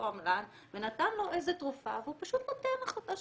תועמלן ונתן לו איזה תרופה והוא פשוט נותן לך אותה,